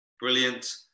Brilliant